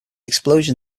explosion